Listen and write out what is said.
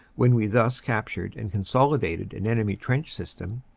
when we thus captured and consolidated an enemy trench system,